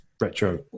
retro